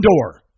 door